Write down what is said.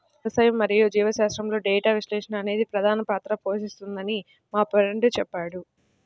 వ్యవసాయం మరియు జీవశాస్త్రంలో డేటా విశ్లేషణ అనేది ప్రధాన పాత్ర పోషిస్తుందని మా ఫ్రెండు చెప్పాడు